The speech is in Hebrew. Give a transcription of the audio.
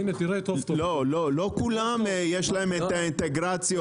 לא, לא לכולם יש את האינטגרציות.